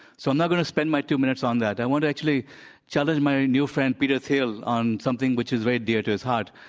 so i'm not going to spend my two minutes on that. i want to actually challenge my new friend, peter thiel, on something which is very dear to his heart,